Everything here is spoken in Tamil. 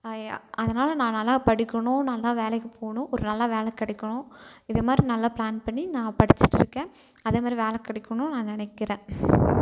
அதனால் நான் நல்லா படிக்கணும் நல்லா வேலைக்கு போகணும் ஒரு நல்ல வேலை கிடைக்கணும் இது மாதிரி நல்லா பிளான் பண்ணி நான் படிச்சிட்டுருக்கன் அதை மாதிரி வேலை கிடைக்கணும் நான் நினைக்கிறன்